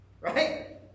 right